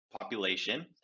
population